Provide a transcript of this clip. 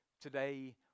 today